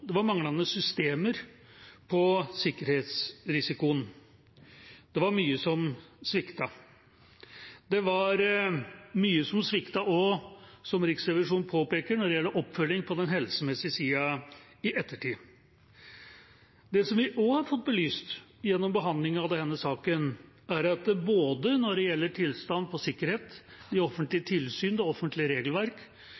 det var manglende systemer når det gjelder sikkerhetsrisikoen. Det var mye som sviktet. Det var også mye som sviktet, som Riksrevisjonen påpeker, når det gjelder oppfølgingen på den helsemessige siden i ettertid. Det vi også har fått belyst gjennom behandlingen av denne saken, er at når det gjelder både tilstand på sikkerhet, de offentlige